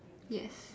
yes